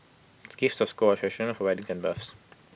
gifts of gold are for weddings and births